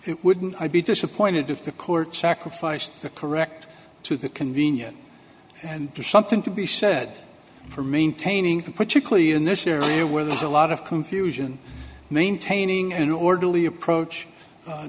it wouldn't i be disappointed if the court sacrificed the correct to the convenience and to something to be said for maintaining particularly in this area where there's a lot of confusion maintaining an orderly approach